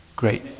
Great